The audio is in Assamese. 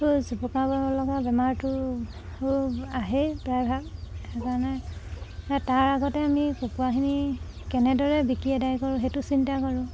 জুপুকা লগা বেমাৰটো আহেই প্ৰায়ভাগ সেইকাৰণে তাৰ আগতে আমি কুকুৰাখিনি কেনেদৰে বিকি এদায় কৰোঁ সেইটো চিন্তা কৰোঁ